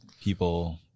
people